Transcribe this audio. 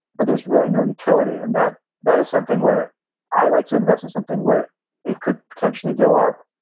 but there's really no utility. and that that is something where i like to invest in something where it could potentially go up,